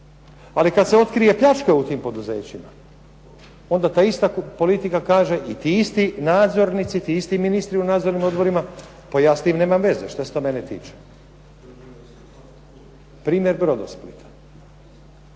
Ali kad se otkrije pljačka u tim poduzećima, onda ta ista politika kaže i ti isti nadzornici, ti isti ministri u nadzornim odborima pa ja s tim nemam veze, šta se to mene tiče. Primjer "Brodosplita".